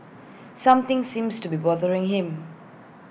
something seems to be bothering him